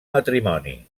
matrimoni